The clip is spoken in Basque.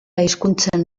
hizkuntzen